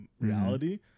reality